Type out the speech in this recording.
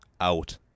out